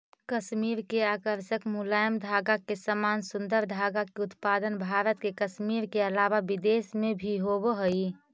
कश्मीर के आकर्षक मुलायम धागा के समान सुन्दर धागा के उत्पादन भारत के कश्मीर के अलावा विदेश में भी होवऽ हई